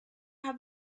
have